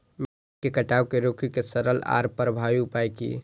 मिट्टी के कटाव के रोके के सरल आर प्रभावी उपाय की?